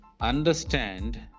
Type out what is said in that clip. understand